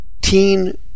Teen